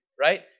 right